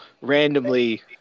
randomly